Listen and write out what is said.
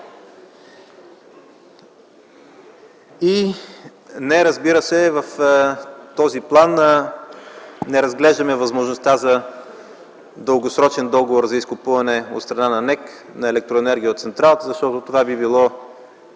започне работата. В този план не разглеждаме възможността за дългосрочен договор за изкупуване от страна на НЕК на електроенергия от централата, защото това би било